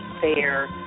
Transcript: fair